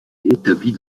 établis